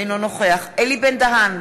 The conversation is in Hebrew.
אינו נוכח אלי בן-דהן,